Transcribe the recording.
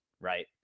right